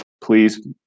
please